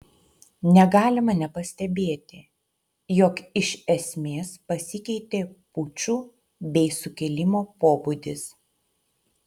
negalima nepastebėti jog iš esmės pasikeitė pučų bei sukilimo pobūdis